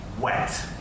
wet